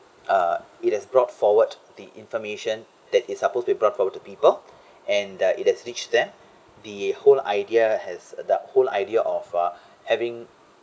uh it has brought forward the information that is suppose to brought for the people and uh it has reached there the whole idea has that whole idea of uh having